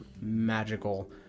magical